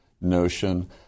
notion